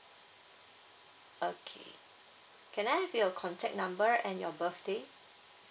okay can I have your contact number and your birthday